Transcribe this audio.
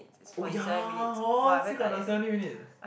oh ya hor still got the seventeen minutes